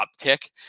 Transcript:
uptick